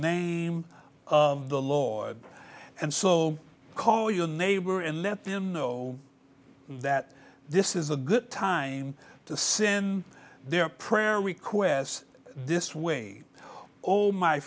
name of the lord and so call your neighbor and let them know that this is a good time to send their prayer requests this way all my